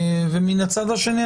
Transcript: ומן הצד השני,